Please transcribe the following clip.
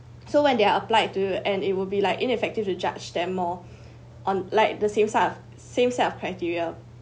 so when they are applied to and it will be like ineffective to judge them more on like the same set same set of criteria